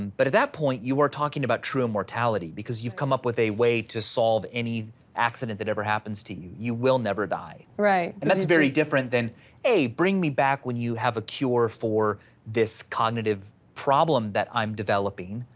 but at that point, you were talking about true immortality. because you've come up with a way to solve any accident that ever happens to you, you will never die. and that's very different than a bring me back when you have a cure for this cognitive problem that i'm developing.